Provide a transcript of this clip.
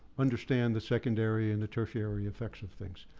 understand the secondary and the tertiary effects of things.